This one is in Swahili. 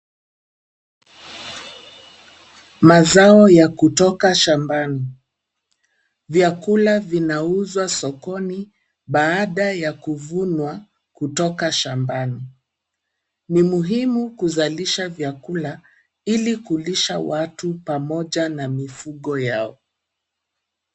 Mazao ya kutoka shambani. Vyakula vinauzwa sokoni baada ya kuvunwa kutoka shambani. Ni muhimu kuzalisha vyakula, ili kulisha watu pamoja na mifugo yao.